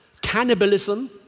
cannibalism